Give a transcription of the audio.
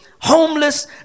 homeless